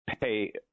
pay